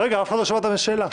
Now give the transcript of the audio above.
אף אחד לא שמע את השאלה.